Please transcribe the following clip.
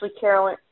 Carolyn